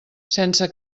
sense